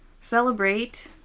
celebrate